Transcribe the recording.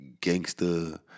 gangster